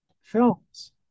films